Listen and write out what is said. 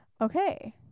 okay